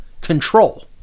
control